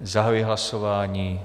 Zahajuji hlasování.